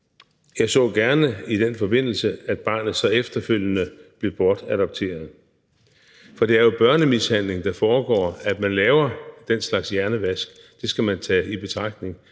Jeg så i den forbindelse gerne, at barnet så efterfølgende blev bortadopteret. For det er jo børnemishandling, der foregår, når man laver den slags hjernevask; det skal man tage i betragtning.